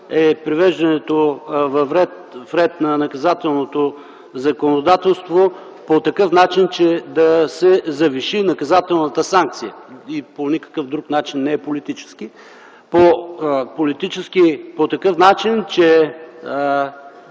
е привеждането в ред на наказателното законодателство по такъв начин, че да се завиши наказателната санкция и по никакъв друг начин не е политически. Политически по такъв начин, че